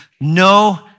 no